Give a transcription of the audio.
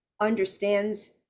understands